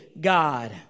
God